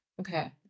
Okay